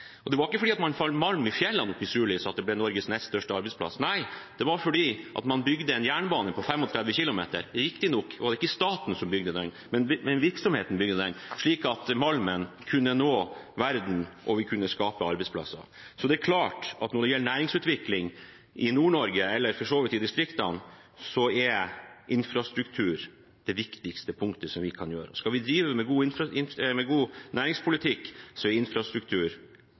Det var ikke fordi man fant malm oppe i fjellene i Sulis at det ble Norges nest største arbeidsplass. Nei, det var fordi man bygde en jernbane på 35 km. Riktignok var det ikke staten, men virksomheten, som bygde den, slik at malmen kunne nå ut til verden, og vi kunne skape arbeidsplasser. Når det gjelder næringsutvikling i Nord-Norge, eller for så vidt i distriktene, er infrastruktur helt klart det viktigste punktet. Skal vi drive med god næringspolitikk, er infrastruktur ordet. Vi kan gjerne si det om igjen, både to og tre ganger, for det er det som gjelder. Det er god